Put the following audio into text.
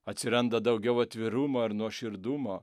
atsiranda daugiau atvirumo ir nuoširdumo